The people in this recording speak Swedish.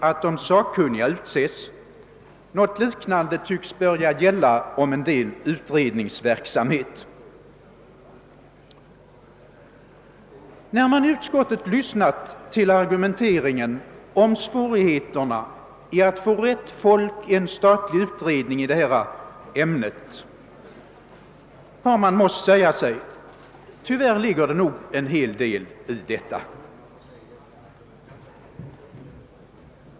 att de sakkunniga tillsätts. Något liknande tycks börja gälla om en del utredningsverksamhet. När man i utskottet lyssnat till argumenteringen om svårigheterna att få rätt folk i en statlig utredning i detta ämne, har man måst säga sig: Tyvärr ligger det nog en hel del i detta.